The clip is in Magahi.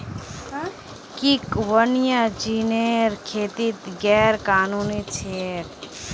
कि वन्यजीवेर खेती गैर कानूनी छेक?